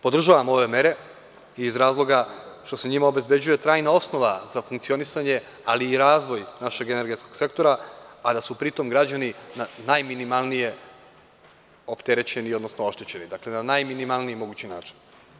Podržavam ove mere iz razloga što se njima obezbeđuje trajna osnova za funkcionisanje, ali i razvoj našeg energetskog sektora, a da su pri tom građani najminimalnije opterećeni, odnosno oštećeni, dakle na najminimalniji mogući način.